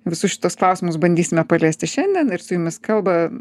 visus šituos klausimus bandysime paliesti šiandien ir su jumis kalba